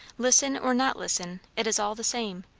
listen, or not listen, it is all the same.